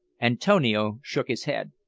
antonio shook his head.